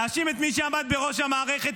תאשים את מי שעמד בראש המערכת,